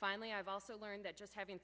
finally i've also learned that just having